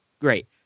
Great